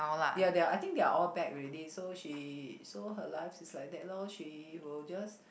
ya they're I think they're all back already so she so her life is like that lor she will just